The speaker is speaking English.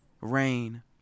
rain